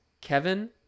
Kevin